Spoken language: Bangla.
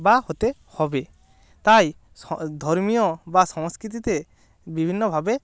বা হতে হবে তাই ধর্মীয় বা সংস্কৃতিতে বিভিন্নভাবে